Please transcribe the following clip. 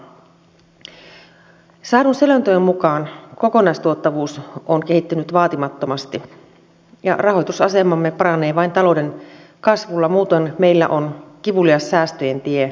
saadun selonteon mukaan kokonaistuottavuus on kehittynyt vaatimattomasti ja rahoitusasemamme paranee vain talouden kasvulla muutoin meillä on kivulias säästöjen tie edessä